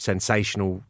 Sensational